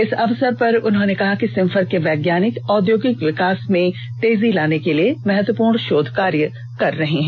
इस अवसर पर उन्होंने कहा कि सिम्फर के वैज्ञानिक औद्योगिक विकास में तेजी लाने के लिए महत्वपूर्ण शोधकार्य कर रहे हैं